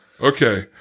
Okay